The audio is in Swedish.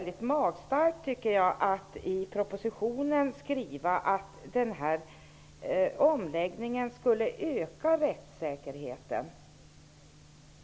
Det är magstarkt att i propositionen skriva att omläggningen skulle öka rättssäkerheten.